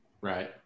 Right